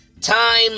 Time